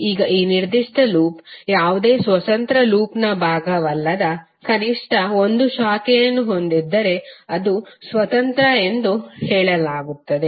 ಈಗ ಈ ನಿರ್ದಿಷ್ಟ ಲೂಪ್ ಯಾವುದೇ ಸ್ವತಂತ್ರ ಲೂಪ್ನ ಭಾಗವಲ್ಲದ ಕನಿಷ್ಠ ಒಂದು ಶಾಖೆಯನ್ನು ಹೊಂದಿದ್ದರೆ ಅದು ಸ್ವತಂತ್ರ ಎಂದು ಹೇಳಲಾಗುತ್ತದೆ